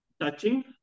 touching